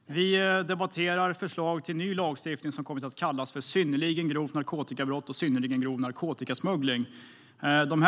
Herr talman! Vi debatterar nu förslag till ny lagstiftning om det som har kommit att kallas för synnerligen grovt narkotikabrott och synnerligen grov narkotikasmuggling.